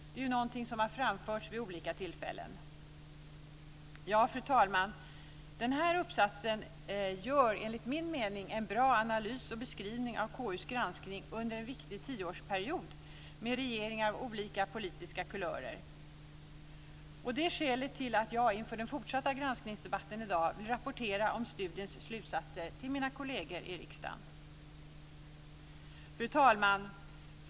Det är ju någonting som har framförts vid olika tillfällen. Fru talman! Den här uppsatsen gör enligt min mening en bra analys och beskrivning av KU:s granskning under en viktig tioårsperiod med regeringar av olika politiska kulörer. Det är skälet till att jag inför den fortsatta granskningsdebatten i dag vill rapportera om studiens slutsatser till mina kolleger i riksdagen. Fru talman!